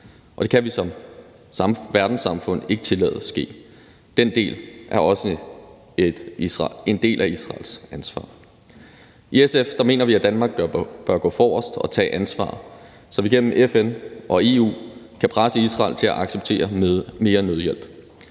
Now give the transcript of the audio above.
og det kan vi som verdenssamfund ikke tillade ske. Den del er også en del af Israels ansvar. I SF mener vi, at Danmark bør gå forrest og tage ansvaret, så vi gennem FN og EU kan presse Israel til at acceptere mere nødhjælp.